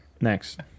Next